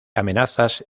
amenazas